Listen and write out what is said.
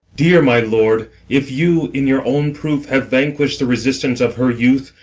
dear my lord, if you, in your own proof, have vanquish'd the resistance of her youth,